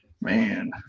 Man